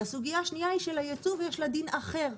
והסוגיה השנייה היא של הייצוא ויש לה דין אחר,